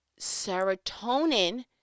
Serotonin